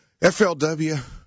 FLW